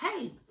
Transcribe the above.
Hey